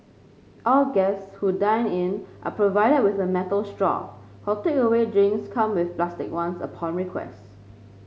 all guests who dine in are provided with a metal straw while takeaway drinks come with plastic ones upon request